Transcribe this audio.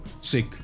sick